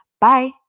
Bye